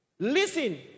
Listen